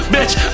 Bitch